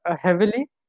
heavily